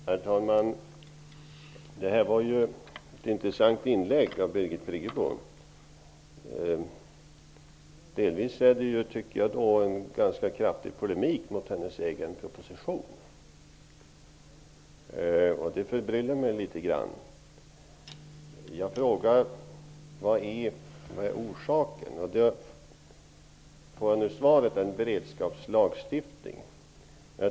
Herr talman! Det var ett intressant inlägg av Birgit Friggebo. Det visade en ganska kraftig polemik mot hennes egen proposition. Det förbryllar mig litet grand. Jag frågade vad orsaken var och fick nu svaret att det är en beredskapslagstiftning.